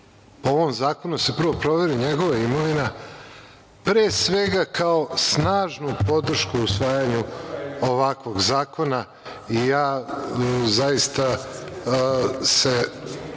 po ovom zakonu se prvo proveri njegova imovina, pre svega kao snažnu podršku usvajanju ovakvog zakona. Zaista se